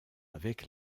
avec